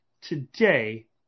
today